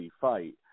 fight